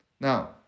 Now